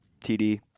TD